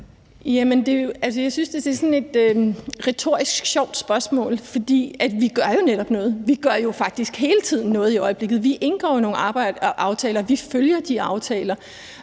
Jeg synes, at det er et lidt retorisk sjovt spørgsmål, for vi gør jo netop noget. Vi gør jo faktisk hele tiden noget i øjeblikket. Vi indgår i nogle aftaler, og vi følger de aftaler.